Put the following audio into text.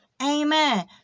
Amen